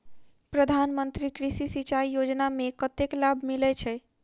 प्रधान मंत्री कृषि सिंचाई योजना मे कतेक लाभ मिलय छै?